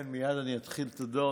כן, מייד אני אתחיל בתודות,